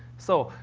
so,